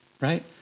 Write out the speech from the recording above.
right